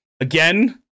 again